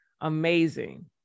amazing